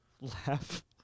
laugh